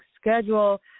schedule